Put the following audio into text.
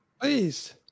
Please